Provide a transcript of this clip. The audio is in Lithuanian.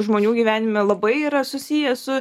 žmonių gyvenime labai yra susiję su